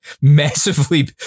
massively